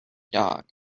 dog